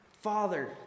Father